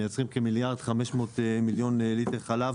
מייצרים כ-1,500,000,000 ליטר חלב.